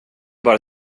bara